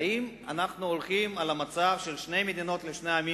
האם אנחנו הולכים על המצב של שתי מדינות לשני עמים,